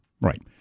right